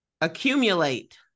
Accumulate